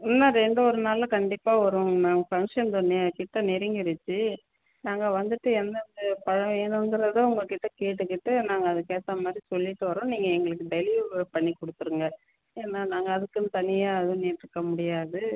இன்னும் ரெண்டு ஒரு நாளில் கண்டிப்பாக வருவோம்ங்க மேம் ஃபங்க்ஷன் தானே கிட்டே நெருங்கிடுச்சு நாங்கள் வந்துவிட்டு எந்தெந்த பழம் வேணுங்கிறதும் உங்ககிட்டே கேட்டுக்கிட்டு நாங்கள் அதுக்கேற்ற மாதிரி சொல்லிவிட்டு வர்றோம் நீங்கள் எங்களுக்கு டெலிவரி பண்ணிக் கொடுத்துருங்க ஏன்னா நாங்கள் அதுக்குன்னு தனியாக அலைஞ்சுட்டு இருக்க முடியாது